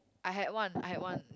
I had one I had one